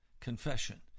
Confession